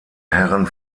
herren